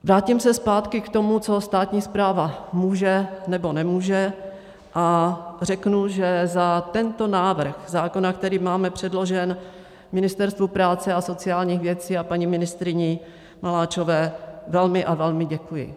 Vrátím se zpátky k tomu, co státní správa může nebo nemůže, a řeknu, že za tento návrh zákona, který máme předložen, Ministerstvu práce a sociálních věcí a paní ministryní Maláčové velmi a velmi děkuji.